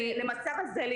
במסגרות.